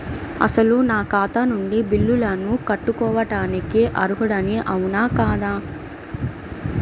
అసలు నా ఖాతా నుండి బిల్లులను కట్టుకోవటానికి అర్హుడని అవునా కాదా?